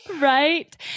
Right